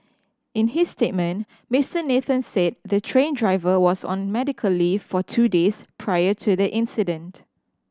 in his statement Mister Nathan said the train driver was on medical leave for two days prior to the incident